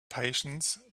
patience